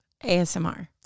ASMR